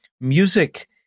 music